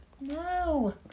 no